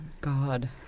God